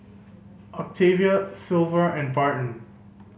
Octavia Silver and Barton